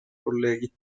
colleghi